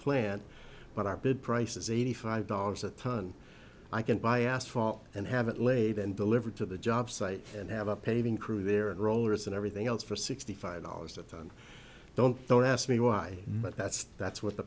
plant but our bid price is eighty five dollars a ton i can buy asphalt and have it laid and delivered to the job site and have a paving crew there and rollers and everything else for sixty five dollars a tonne don't don't ask me why but that's that's what the